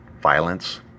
violence